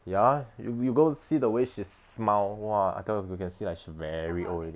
ya you you got see the way she smile !wah! I tell you you can see she very old already